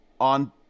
on